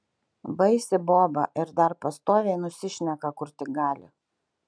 baisi boba ir dar pastoviai nusišneka kur tik gali